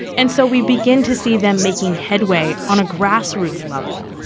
and so we begin to see them making headway on a grassroots level,